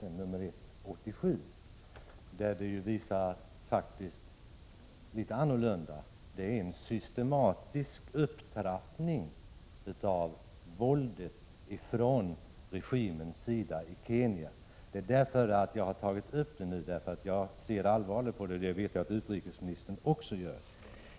I nr 1 för 1987 redovisas att det faktiskt förhåller sig litet annorlunda. Det sker en systematisk upptrappning av våldet från regimens sida i Kenya. Jag har tagit upp det i min fråga därför att jag ser allvarligt på det, och det vet jag att utrikesministern också gör.